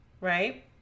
right